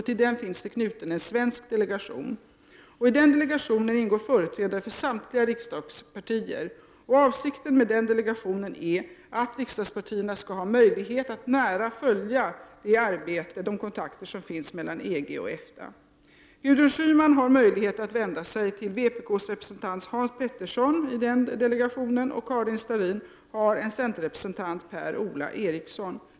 Till den finns knuten en svensk delegation. I delegationen ingår företrädare för samtliga riksdagspartier. Avsikten med delegationen är att riksdagspartierna skall ha möjlighet att nära följa de kontakter som finns mellan EG och EFTA. Gudrun Schyman har möjlighet att vända sig till vpk:s representant Hans Petersson, och Karin Starrin kan vända sig till centerrepresentanten Per-Ola Eriksson.